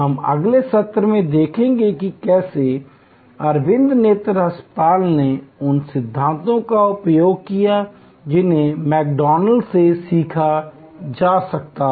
हम अगले सत्र में देखेंगे कि कैसे अरविंद नेत्र अस्पताल ने उन सिद्धांतों का उपयोग किया जिन्हें मैकडॉनल्ड्स से सीखा जा सकता है